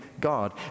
God